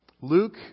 Luke